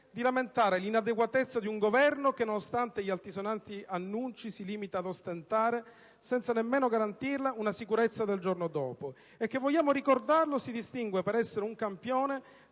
di lamentare l'inadeguatezza di un Governo che, nonostante gli altisonanti annunci, si limita ad ostentare, senza nemmeno garantirla, una «sicurezza del giorno dopo» e che, vogliamo ricordarlo, si distingue per essere un campione